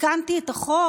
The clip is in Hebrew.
תיקנתי את החוק.